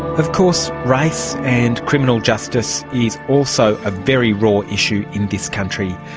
of course race and criminal justice is also a very raw issue in this country.